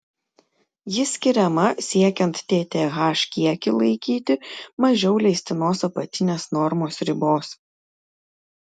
ji skiriama siekiant tth kiekį laikyti mažiau leistinos apatinės normos ribos